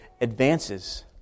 advances